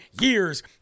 years